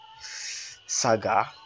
saga